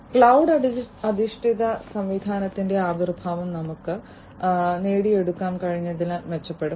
cloud അധിഷ്ഠിത സംവിധാനത്തിന്റെ ആവിർഭാവം നമുക്ക് നേടിയെടുക്കാൻ കഴിഞ്ഞതിൽ മെച്ചപ്പെടും